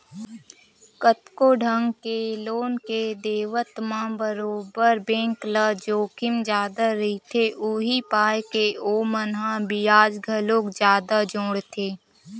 कतको ढंग के लोन के देवत म बरोबर बेंक ल जोखिम जादा रहिथे, उहीं पाय के ओमन ह बियाज घलोक जादा जोड़थे